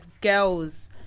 girls